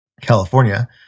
California